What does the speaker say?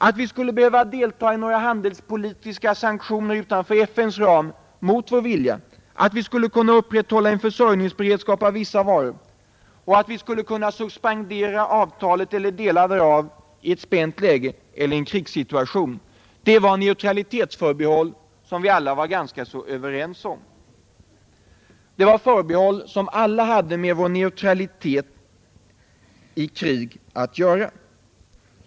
Att vi inte skulle behöva deltaga i några handelspolitiska sanktioner utanför FN:s ram mot vår vilja, att vi skulle kunna upprätthålla en försörjningsberedskap av vissa varor och att vi skulle kunna suspendera avtalet eller delar därav i ett spänt läge eller i en krigssituation — det var neutralitetsförbehåll som vi var ganska överens om. Det var förbehåll som alla hade med vår neutralitet i krig att göra.